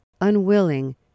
unwilling